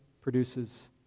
produces